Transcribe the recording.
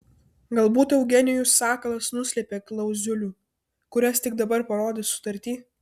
galbūt eugenijus sakalas nuslėpė klauzulių kurias tik dabar parodys sutarty